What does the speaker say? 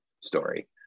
story